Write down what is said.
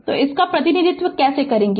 तो इसका प्रतिनिधित्व कैसे करेंगे